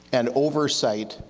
and oversight,